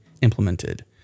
implemented